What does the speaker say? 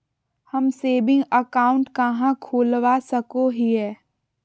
हम saving account कहाँ खोलवा सको हियै?